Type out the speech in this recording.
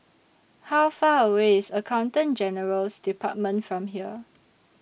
How Far away IS Accountant General's department from here